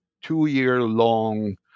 two-year-long